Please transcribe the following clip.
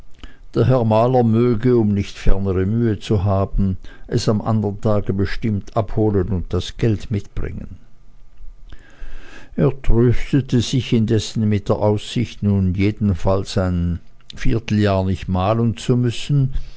der herr maler möge um nicht fernere mühe zu haben es am andern tage bestimmt abholen und das geld mitbringen er tröstete sich indessen mit der aussicht nun jedenfalls ein vierteljahr nicht malen zu müssen